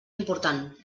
important